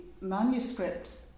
manuscript